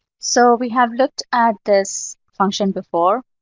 so we have looked at this function before.